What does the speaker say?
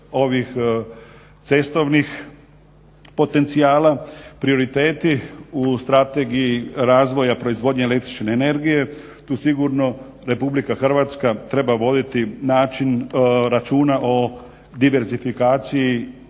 ovih cestovnih potencijala prioriteti u strategiji razvoja proizvodnje el.energije, tu sigurno RH treba voditi računa o diverzifikaciji